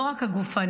לא רק הגופנית,